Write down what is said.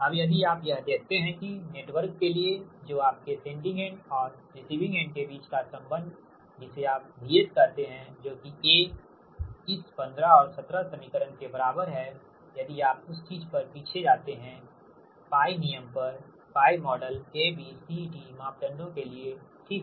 अब यदि आप यह देखते हैं कि नेटवर्क के लिए जो आपके सेंडिंग एंड और रिसीविंग एंड के बीच का संबंध जिसे आप VS कहते है जो की A इस 15 और 17 समीकरण के बराबर हैं यदि आप उस चीज पर पीछे जाते है π नियम पर π model A B C D मापदंडों के लिए ठीक